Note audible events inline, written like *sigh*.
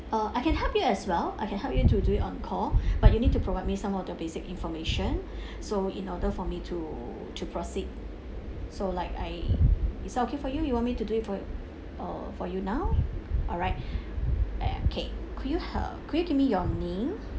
uh I can help you as well I can help you to do it on call *breath* but you need to provide me some of the basic information *breath* so in order for me to to proceed so like I it's okay for you you want me to do it for uh for you now alright *breath* ya kay could you h~ could you give me your name